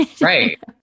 Right